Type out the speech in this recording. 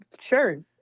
Sure